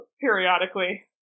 periodically